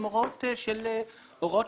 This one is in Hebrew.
הן הוראות של בנקאות,